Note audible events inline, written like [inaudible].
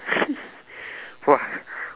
[laughs] !wah!